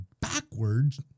backwards